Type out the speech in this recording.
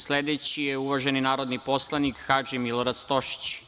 Sledeći je uvaženi narodni poslanik Hadži Milorad Stošić.